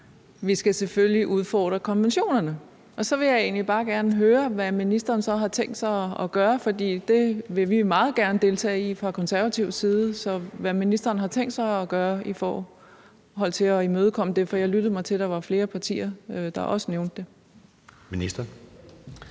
at vi selvfølgelig skal udfordre konventionerne, og så vil jeg egentlig bare gerne høre, hvad ministeren så har tænkt sig at gøre, for det vil vi fra konservativ side meget gerne deltage i. Så hvad har ministeren tænkt sig at gøre i forhold til at imødekomme det? Jeg lyttede mig til, at der var flere partier, der også nævnte det. Kl.